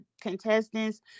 contestants